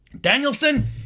Danielson